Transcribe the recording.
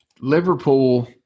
Liverpool